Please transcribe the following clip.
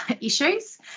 issues